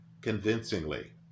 convincingly